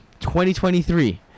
2023